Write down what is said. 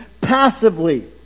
passively